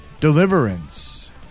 Deliverance